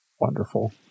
wonderful